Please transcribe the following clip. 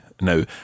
now